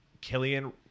Killian